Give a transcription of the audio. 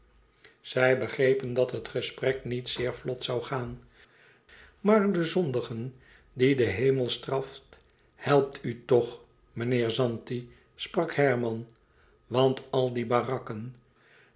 zij begrepen dat het gesprek niet zeer vlot zoû gaan maar de zondigen die de hemel straft helpt u toch meneer zanti sprak herman want al die barakken